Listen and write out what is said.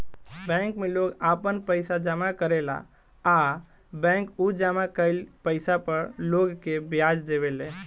bank में लोग आपन पइसा जामा करेला आ बैंक उ जामा कईल पइसा पर लोग के ब्याज देवे ले